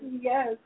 Yes